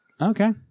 Okay